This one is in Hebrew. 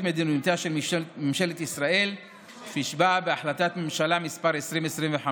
מדיניותה של ממשלת ישראל כפי שנקבעה בהחלטת ממשלה מס' 2025,